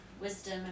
wisdom